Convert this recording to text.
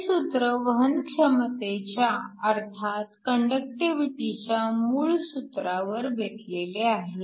हे सूत्र वहनक्षमतेच्या अर्थात कंडक्टिविटीच्या मूळ सूत्रावर बेतलेले आहे